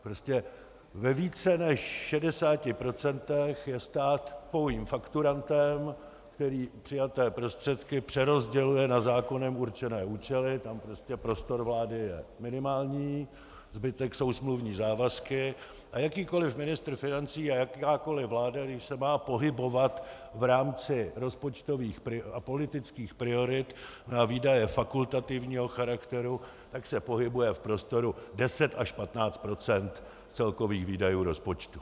Prostě ve více než 60 procentech je stát pouhým fakturantem, který přijaté prostředky přerozděluje na zákonem určené účely, tam je prostě prostor vlády minimální, zbytek jsou smluvní závazky a jakýkoli ministr financí a jakákoli vláda, jež se má pohybovat v rámci rozpočtových a politických priorit na výdaje fakultativního charakteru, tak se pohybuje v prostoru 10 až 15 % z celkových výdajů rozpočtu.